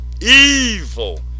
Evil